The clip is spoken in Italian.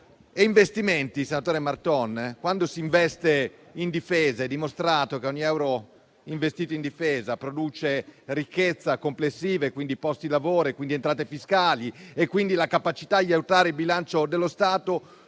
di investimenti, senatore Marton, è dimostrato che ogni euro investito in difesa produce ricchezza complessiva e, quindi, posti di lavoro, entrate fiscali, quindi la capacità di aiutare il bilancio dello Stato